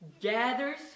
gathers